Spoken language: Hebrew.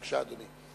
בבקשה, אדוני.